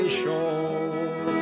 shore